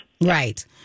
Right